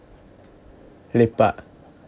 lepak